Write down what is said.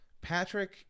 Patrick